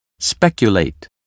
Speculate